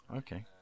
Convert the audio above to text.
okay